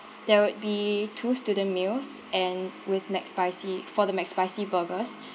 there would be two student meals and with McSpicy for the McSpicy burgers